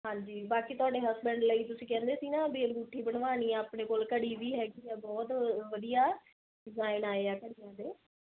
ਹਾਂਜੀ ਬਾਕੀ ਥੋਡੇ ਹਸਬੈਂਡ ਲਈ ਤੁਸੀਂ ਕਹਿੰਦੇ ਸੀ ਨਾ ਵੀ ਅੰਗੂਠੀ ਬਨਵਾਣੀ ਆ ਆਪਣੇ ਕੋਲ਼ ਘੜੀ ਵੀ ਹੈਗੀ ਬਹੁਤ ਵਧੀਆ ਡਿਜ਼ਾਈਨ ਆਏ ਆ ਘੜੀਆਂ ਦੇ